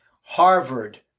Harvard